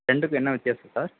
ரெண்டுக்கும் என்ன வித்தியாசம் சார்